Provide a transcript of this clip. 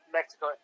Mexico